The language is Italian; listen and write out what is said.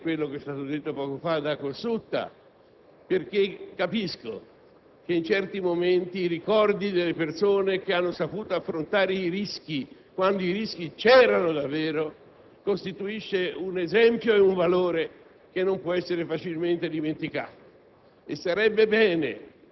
Vorrei unirmi a quanto detto poco fa dal senatore Cossutta perché capisco che, in certi momenti, i ricordi delle persone che hanno saputo affrontare i rischi, quando vi erano davvero, costituisce un esempio ed un valore che non può essere facilmente dimenticato.